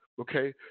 Okay